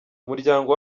umuryango